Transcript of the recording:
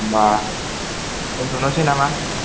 होम्बा दोन्थ'नोसै नामा